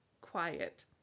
quiet